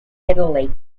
italy